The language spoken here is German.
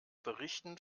berichten